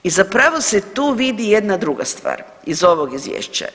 I zapravo se tu vidi jedna druga stvar iz ovog izvješća.